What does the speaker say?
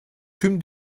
tüm